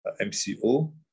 MCO